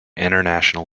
international